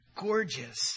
Gorgeous